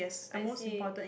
I see